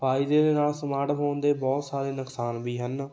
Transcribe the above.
ਫਾਇਦੇ ਦੇ ਨਾਲ ਸਮਾਰਟਫੋਨ ਦੇ ਬਹੁਤ ਸਾਰੇ ਨੁਕਸਾਨ ਵੀ ਹਨ